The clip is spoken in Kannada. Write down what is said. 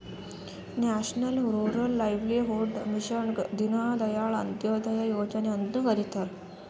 ನ್ಯಾಷನಲ್ ರೂರಲ್ ಲೈವ್ಲಿಹುಡ್ ಮಿಷನ್ಗ ದೀನ್ ದಯಾಳ್ ಅಂತ್ಯೋದಯ ಯೋಜನೆ ಅಂತ್ನು ಕರಿತಾರ